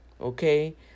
okay